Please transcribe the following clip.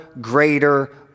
greater